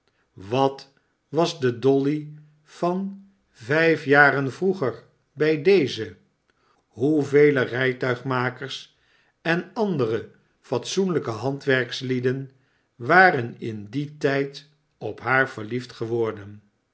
wat was de dolly van vijf jaren vroeger bij deze hoevele rijtuigmakers en andere fatsoenlijke handwerkslieden waren in dien tijd op haar verliefd geworden